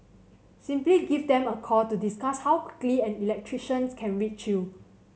simply give them a call to discuss how quickly an electrician can reach you